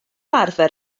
arfer